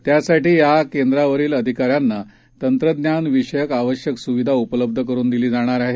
त्यासाठीयाकेंद्रावरीलअधिकाऱ्यांनातंत्रज्ञानाविषयकआवश्यकस्विधाउपलब्धकरूनदिली जाणारआहे